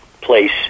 place